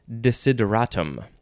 desideratum